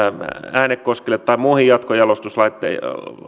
äänekoskelle tai muihin jatkojalostuslaitoksiin